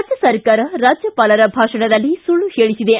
ರಾಜ್ಯ ಸರ್ಕಾರ ರಾಜ್ಯಪಾಲರ ಭಾಷಣದಲ್ಲಿ ಸುಳ್ಳು ಹೇಳಿಸಿದೆ